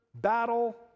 battle